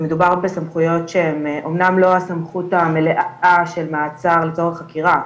ומדובר בסמכויות שהם אומנם לא הסמכות המלאה של מעצר לצורך חקירה,